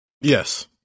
Yes